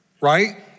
right